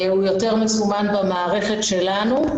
הוא מסומן במערכת שלנו.